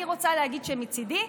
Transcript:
אני רוצה להגיד שמצידי,